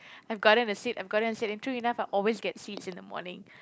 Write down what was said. I've gotten a seat I've gotten a seat and true enough I always get seats in the morning